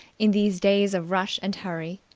in these days of rush and hurry,